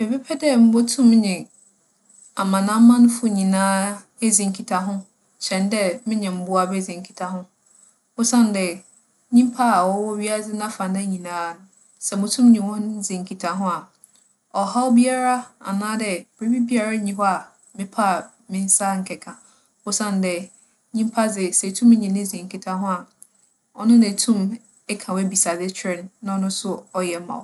Mebɛpɛ dɛ mubotum menye amanamamfo nyina edzi nkitaho kyɛn dɛ menye mbowa bedzi nkitaho. Osiandɛ, nyimpa a ͻwͻ wiadze n'afanan nyina, sɛ mutum nye hͻn dzi nkitaho a, ͻhaw biara anaadɛ biribiara nnyi hͻ a mepɛ a me nsa nnkɛka. Osiandɛ, nyimpa dze, sɛ itum nye no dzi nkitaho a, ͻno na itum ka w'ebisadze kyerɛ no, na ͻno so ͻyɛ ma wo.